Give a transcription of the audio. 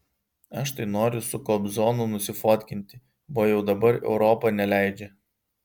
aš tai noriu su kobzonu nusifotkinti bo jau dabar europa neleidžia